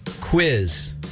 quiz